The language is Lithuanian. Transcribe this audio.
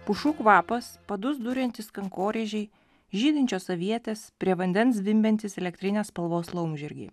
pušų kvapas padus duriantys kankorėžiai žydinčios avietės prie vandens zvimbiantys elektrinės spalvos laumžirgiai